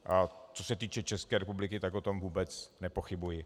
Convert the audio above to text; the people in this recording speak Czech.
A co se týče České republiky, tak o tom vůbec nepochybuji.